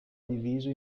diviso